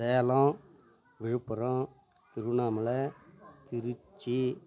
Salem Villupuram Tiruvannamalai Trichy